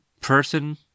person